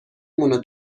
مونو